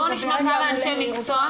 בואו נשמע כמה אנשי מקצוע.